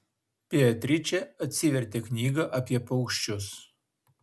beatričė atsivertė knygą apie paukščius